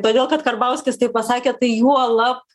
todėl kad karbauskis tai pasakė tai juolab